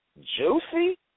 Juicy